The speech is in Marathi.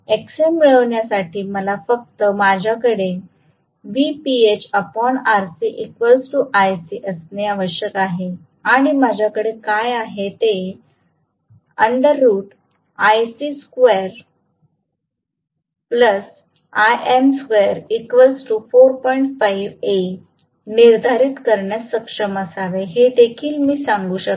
Xm मिळविण्यासाठी मला फक्त माझ्याकडे असणे आवश्यक आहे आणि माझ्याकडे काय आहे ते निर्धारित करण्यास सक्षम असावे हे देखील मी सांगू शकते